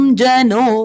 jano